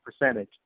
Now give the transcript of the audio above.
percentage